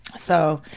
so,